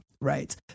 right